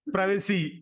Privacy